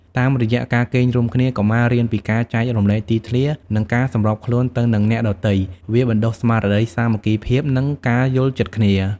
តាមរយៈការគេងរួមគ្នា កុមាររៀនពីការចែករំលែកទីធ្លា និងការសម្របខ្លួនទៅនឹងអ្នកដទៃ វាបណ្តុះស្មារតីសាមគ្គីភាព និងការយល់ចិត្តគ្នា។